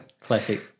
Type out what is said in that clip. Classic